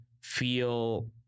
feel